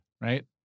Right